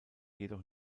jedoch